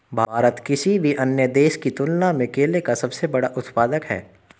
भारत किसी भी अन्य देश की तुलना में केले का सबसे बड़ा उत्पादक है